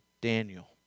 Daniel